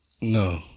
No